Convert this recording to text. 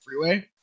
freeway